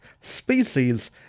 species